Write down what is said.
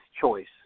choice